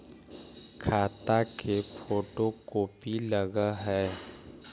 खाता के photo copy लगहै?